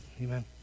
Amen